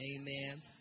amen